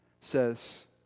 says